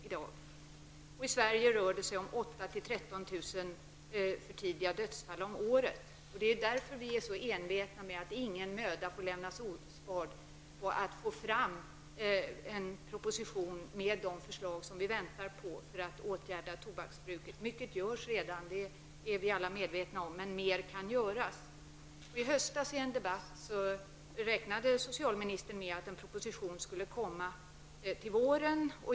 I Sverige rör det sig om 8 000--13 000 för tidiga dödsfall om året. Det är därför som vi framhärdar i vårt understrykande av att ingen möda får lämnas spard för att få fram en proposition med de förslag som vi väntar på för att man skall kunna motarbeta tobaksbruket. Mycket görs redan, det är vi alla medvetna om, men mer kan göras. I debatt i höstas räknade socialministern med att en proposition skulle kunna komma till våren.